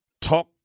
talk